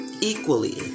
equally